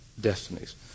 destinies